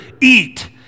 eat